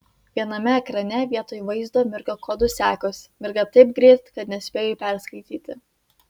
viename ekrane vietoj vaizdo mirga kodų sekos mirga taip greit kad nespėju perskaityti